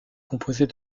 composée